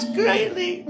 greatly